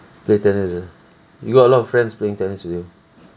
play tennis ah you got a lot of friends playing tennis with you